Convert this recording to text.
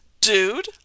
dude